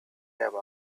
gave